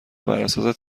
براساس